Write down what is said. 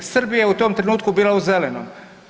Srbija je u tom trenutku bila u zelenom.